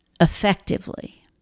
effectively